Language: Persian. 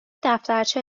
دفترچه